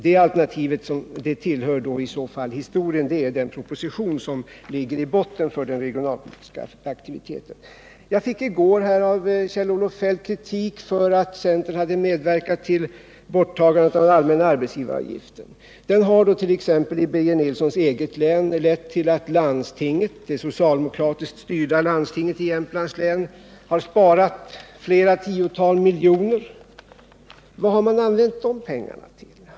Det alternativet — som i så fall tillhör historien — skulle vara den proposition som ligger till grund för den regionalpolitiska aktiviteten. Jag fick i går kritik av Kjell-Olof Feldt för att centern hade medverkat till borttagandet av den ellmänna arbetsgivaravgiften. Det har, t.ex. i Birger Nilssons eget län, lett till att det socialdemokratiskt styrda landstinget i Jämtlands län har sparat flera tiotals miljoner. Vad har man använt de pengarna till?